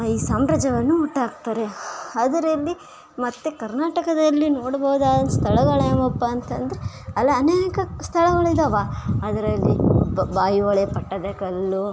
ಈ ಸಾಮ್ರಾಜ್ಯವನ್ನು ಹುಟ್ಟು ಹಾಕ್ತಾರೆ ಅದರಲ್ಲಿ ಮತ್ತು ಕರ್ನಾಟಕದಲ್ಲಿ ನೋಡ್ಬಹುದಾದ ಸ್ಥಳಗಳ್ ಯಾವಪ್ಪಂತಂದರೆ ಅಲ್ಲಿ ಅನೇಕ ಸ್ಥಳಗಳಿದಾವೆ ಅದರಲ್ಲಿ ಆಯ್ ಹೊಳೆ ಪಟ್ಟದ ಕಲ್ಲು